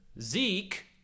Zeke